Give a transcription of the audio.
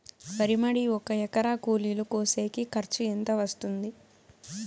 వరి మడి ఒక ఎకరా కూలీలు కోసేకి ఖర్చు ఎంత వస్తుంది?